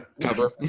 cover